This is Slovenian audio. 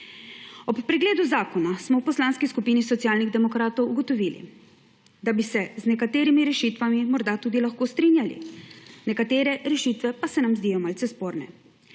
Ob pregledu zakona smo v Poslanski skupini Socialnih demokratov ugotovili, da bi se z nekaterimi rešitvami morda tudi lahko strinjali, nekatere rešitve pa se nam zdijo malce sporne.